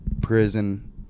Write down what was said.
prison